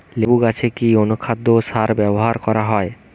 লেবু গাছে কি অনুখাদ্য ও সার ব্যবহার করা হয়?